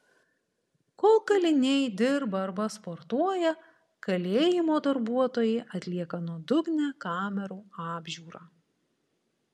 kol kaliniai dirba arba sportuoja kalėjimo darbuotojai atlieka nuodugnią kamerų apžiūrą